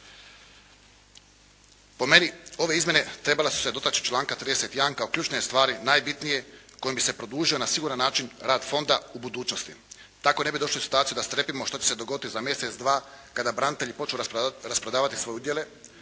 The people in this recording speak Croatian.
Po meni ove izmjene trebale su se dotaći članka 31. kao ključne stvari, najbitnije kojom bi se produžio na siguran način rad fonda u budućnosti. Tako ne bi došli u situaciju da strepimo što će se dogoditi za mjesec, dva kada branitelji počnu rasprodavati svoje udjele,